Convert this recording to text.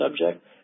subject